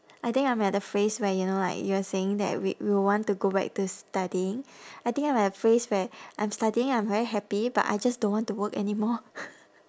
I think I'm at the phase where you know like you were saying that we we will want to go back to studying I think I'm at a phase where I'm studying I'm very happy but I just don't want to work anymore